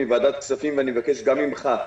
מוועדת הכספים ואני מבקש גם ממך,